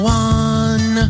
one